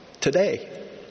today